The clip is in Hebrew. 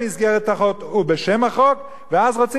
ואז רוצים שהאזרחים לא יתקוממו נגד הדבר הזה.